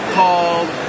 Called